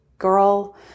girl